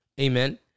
Amen